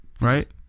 Right